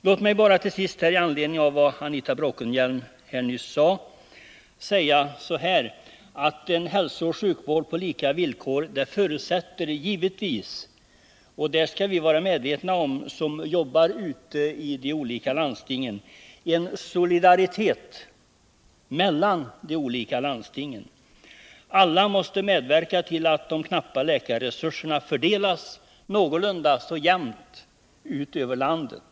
Låt mig bara till sist framhålla med anledning av vad Anita Bråkenhielm nyss sade, att en hälsooch sjukvård på lika villkor givetvis förutsätter — och detta måste vi som jobbar ute i de olika landstingen vara medvetna om — en solidaritet mellan de olika landstingen. Alla måste medverka till att de knappa läkarresurserna fördelas någorlunda jämnt över landet.